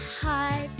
heart